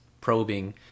probing